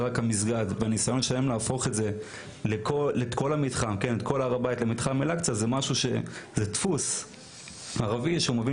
הניסיון להפוך את כל הר הבית למתחם אל-אקצא זה דפוס ערבי שמבין